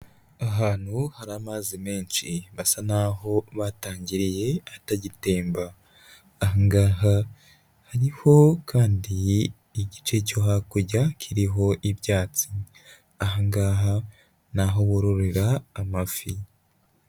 Ahantu hari amazi menshi basa n'aho batangiriye atagitemba, aha ngaha hariho kandi igice cyo hakurya kiriho ibyatsi, aha ngaha ni aho bororera amafi.